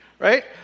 right